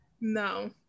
no